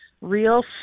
real